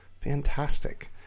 Fantastic